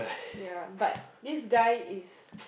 yeah but this guy is